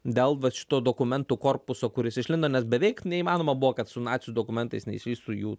dėl vat šito dokumentų korpuso kuris išlindo nes beveik neįmanoma buvo kad su nacių dokumentais neišlįstų jų